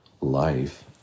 life